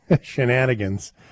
shenanigans